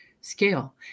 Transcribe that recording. scale